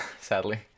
sadly